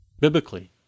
biblically